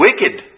wicked